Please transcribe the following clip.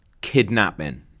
Kidnapping